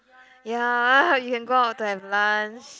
ya you can go out to have lunch